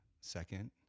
second